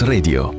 Radio